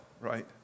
right